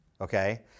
okay